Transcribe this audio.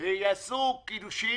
ויעשו קידושין